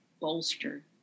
bolster